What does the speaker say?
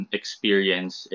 experience